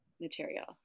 material